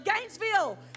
Gainesville